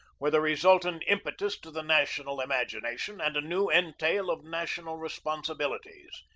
with a resultant impetus to the national imagination and a new entail of national responsibilities.